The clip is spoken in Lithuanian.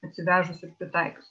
atsivežus ir pritaikius